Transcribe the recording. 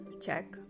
check